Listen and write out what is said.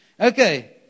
Okay